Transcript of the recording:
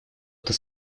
это